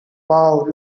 wow